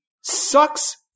Sucks